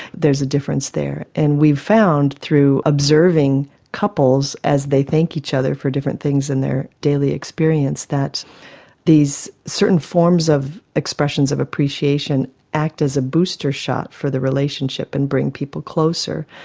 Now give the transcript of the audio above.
there's a difference there. and we found through observing couples as they thank each other for different things in their daily experience, that these certain forms of expressions of appreciation act as a booster shot for the relationship and bring people closer.